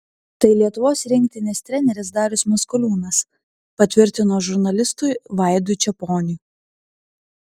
tai lietuvos rinktinės treneris darius maskoliūnas patvirtino žurnalistui vaidui čeponiui